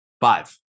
Five